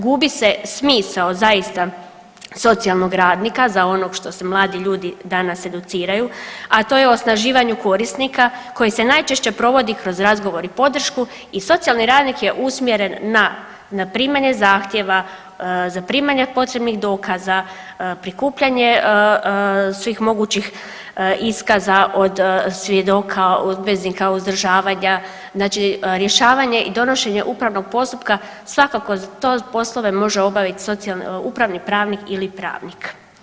Gubi se smisao zaista socijalnog radnika za ono što se mladi ljudi danas educiraju, a to je osnaživanju korisnika koji se najčešće provodi kroz razgovor i podršku i socijalni radnik je usmjeren na, na primanje zahtjeva, zaprimanja potrebnih dokaza prikupljanje svih mogućih iskaza od svjedoka, obveznika uzdržavanja, znači rješavanje i donošenje upravnog postupka svakako te poslove može obavit upravni pravnik ili pravnik.